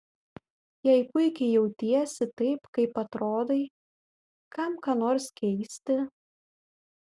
jei puikiai jautiesi taip kaip atrodai kam ką nors keisti